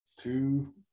two